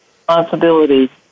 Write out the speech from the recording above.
Responsibility